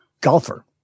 golfer